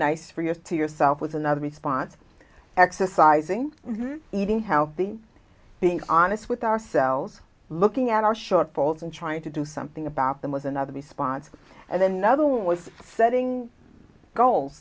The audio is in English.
nice for years to yourself with another response exercising eating how being honest with ourselves looking at our shortfalls and trying to do something about them was another response and then another was setting goals